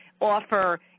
offer